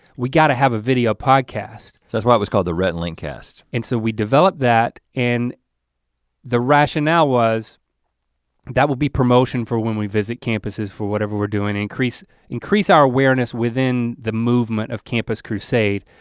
we got to have a video podcast. that's why it was called the rhett and link cast. and so we developed that and the rationale was that will be promotion promotion for when we visit campuses for whatever we're doing increase increase our awareness within the movement of campus crusade.